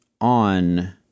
on